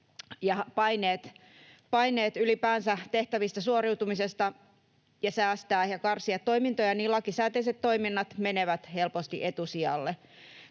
paineet ylipäänsä tehtävistä suoriutumisesta ja säästämisestä ja toimintojen karsimisesta, niin lakisääteiset toiminnat menevät helposti etusijalle.